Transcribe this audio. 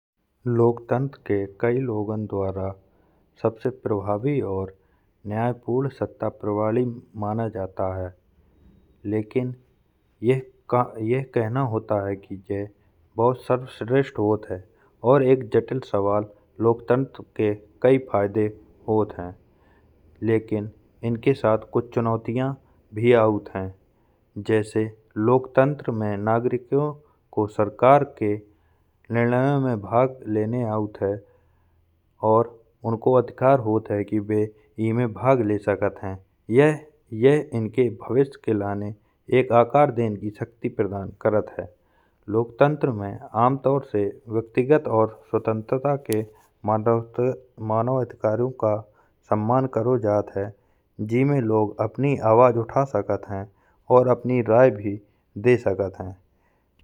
लोकतंत्र के कई लोगों द्वारा सबसे प्रभावी और न्याय पूर्व सत्ता प्रणाली माना जाता है। लेकिन यह कहना होता है कि यह बहुत सर्वश्रेष्ठ होत है और एक जटिल सवाल लोक तंत्र के कई फायदे होत हैं। लेकिन इनके साथ कई चुनौतिया भी आती हैं जैसे लोकतंत्र में नागरिकों के सरकार के निर्णयों में भाग लेने आती हैं। उनके अधिकार होत हैं कि वे इनमें भाग ले सकते हैं। यह उनके भविष्य के लिए एक आकार देने की शक्ति प्रदान करता है। लोकतंत्र में आम तौर से व्यक्तिगत और स्वतंत्र के मानवाधिकारों का सम्मान कऱो जाता है। जिसमें लोग अपनी आवाज उठा सकते हैं और अपनी राय भी दे सकते हैं।